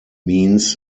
means